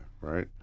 right